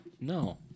No